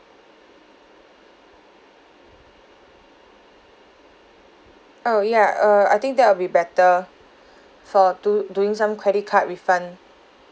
oh ya err I think that would be better for to doing some credit card refund